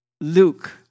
Luke